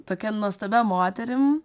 tokia nuostabia moterim